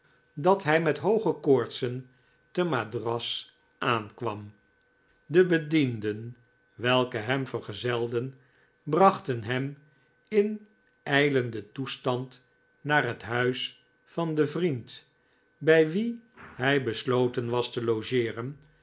dat hij met hooge koortsen te madras aankwam de bedienden welke hem vergezelden brachten hem in ijlenden toestand naar het huis van den vriend bij wien hij besloten was te logeeren